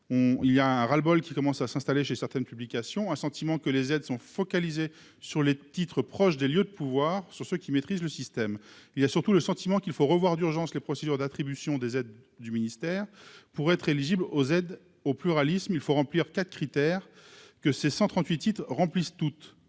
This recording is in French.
il y a un ras-le-bol qui commence à s'installer chez certaines publications un sentiment que les aides sont focalisés sur les titres proches des lieux de pouvoir sur ceux qui maîtrisent le système il y a surtout le sentiment qu'il faut revoir d'urgence les procédures d'attribution des aides du ministère pour être éligible aux aides au pluralisme, il faut remplir 4 critères que ces 138 remplissent toutes